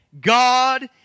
God